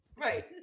Right